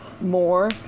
more